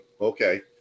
okay